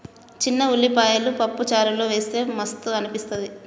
చిన్న ఉల్లిపాయలు పప్పు చారులో వేస్తె మస్తు అనిపిస్తది